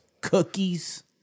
cookies